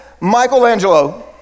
Michelangelo